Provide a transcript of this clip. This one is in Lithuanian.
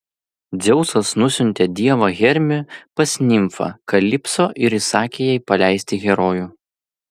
dzeusas nusiuntė dievą hermį pas nimfą kalipso ir įsakė jai paleisti herojų